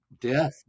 death